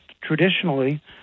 traditionally